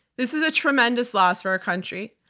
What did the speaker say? this is a tremendous loss for our country.